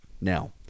Now